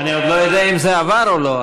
אני עוד לא יודע אם זה עבר או לא,